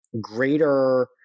greater